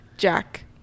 Jack